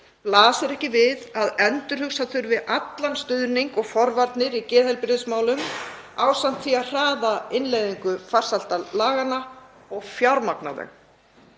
Blasir ekki við að endurhugsa þurfi allan stuðning og forvarnir í geðheilbrigðismálum ásamt því að hraða innleiðingu farsældarlaganna og fjármagna